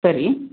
ಸರಿ